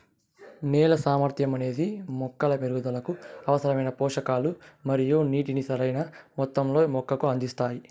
నేల సామర్థ్యం అనేది మొక్కల పెరుగుదలకు అవసరమైన పోషకాలు మరియు నీటిని సరైణ మొత్తంలో మొక్కకు అందిస్తాది